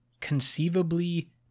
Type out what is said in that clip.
conceivably